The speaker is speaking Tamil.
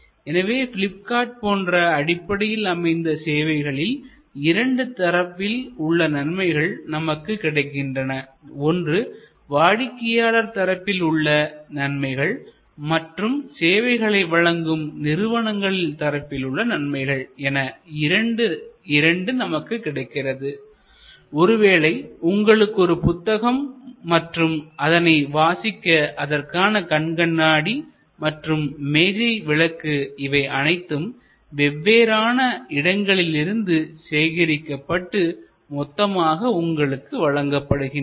எனவே ப்ளிப்கார்ட் போன்ற அடிப்படையில் அமைந்த சேவைகளில் இரண்டு தரப்பில் உள்ள நன்மைகள் நமக்கு கிடைக்கின்றன ஒன்று வாடிக்கையாளர் தரப்பில் உள்ள நன்மைகள் மற்றும் சேவைகளை வழங்கும் நிறுவனங்களில் தரப்பில் உள்ள நன்மைகள் என இரண்டு நமக்கு கிடைக்கிறது ஒருவேளை உங்களுக்கு ஒரு புத்தகம் மற்றும் அதனை வாசிக்க அதற்கான கண் கண்ணாடி மற்றும் மேஜை விளக்கு இவை அனைத்தும் வெவ்வேறு இடங்களிலிருந்து சேகரிக்கப்பட்டு மொத்தமாக உங்களுக்கு வழங்கப்படுகின்றன